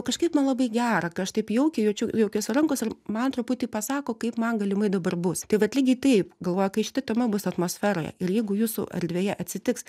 kažkaip man labai gera kai aš taip jaukiai jaučiu jaukiose rankose man truputį pasako kaip man galimai dabar bus tai vat lygiai taip galvoja kai šita tema bus atmosferoje ir jeigu jūsų erdvėje atsitiks